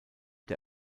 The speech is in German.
der